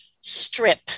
strip